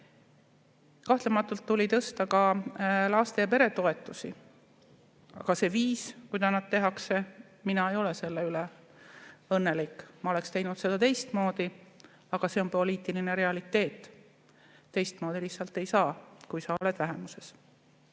Kahtlematult tuli tõsta ka laste‑ ja peretoetusi. Aga see viis, kuidas seda tehakse – mina ei ole selle üle õnnelik. Mina oleksin teinud seda teistmoodi. Aga see on poliitiline realiteet. Teistmoodi lihtsalt ei saa, kui sa oled vähemuses.